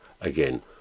again